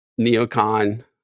neocon